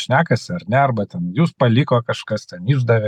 šnekasi ar ne arba ten jus paliko kažkas tai išdavė